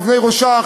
באבני ראשה,